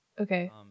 Okay